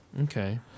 Okay